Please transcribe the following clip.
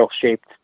shaped